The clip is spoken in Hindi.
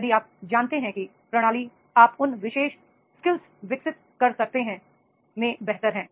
यदि आप जानते हैं कि प्रणाली आप उन विशेष स्किल्स विकसित कर सकते हैं में बेहतर हैं